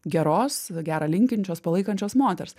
geros gerą linkinčios palaikančios moters